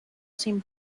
sin